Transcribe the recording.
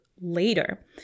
later